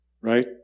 Right